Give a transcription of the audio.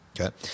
okay